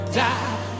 die